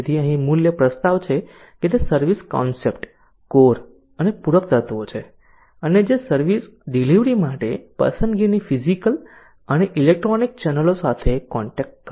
તેથી અહીં મૂલ્ય પ્રસ્તાવ છે કે તે સર્વિસ કોન્સેપ્ટ કોર અને પૂરક તત્વો છે અને જે સર્વિસ ડિલિવરી માટે પસંદગીની ફીઝીકલ અને ઇલેક્ટ્રોનિક ચેનલો સાથે કોન્ટેક્ટ કરે છે